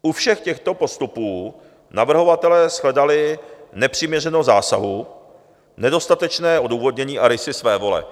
U všech těchto postupů navrhovatelé shledali nepřiměřenost zásahu, nedostatečné odůvodnění a rysy svévole.